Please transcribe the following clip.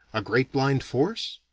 a great blind force?